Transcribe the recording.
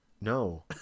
No